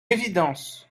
évidence